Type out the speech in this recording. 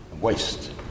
waste